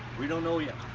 we don't know yet.